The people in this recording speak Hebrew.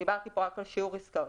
דיברתי פה רק על שיעור עסקאות.